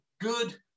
Good